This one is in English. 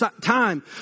time